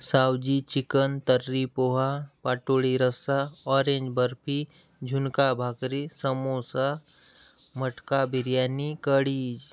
Savji chicken तर्री पोहा पातोळी रस्सा ऑरेंज बर्फी झुणका भाकरी समोसा मटका बिर्याणी कडीज